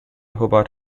hobart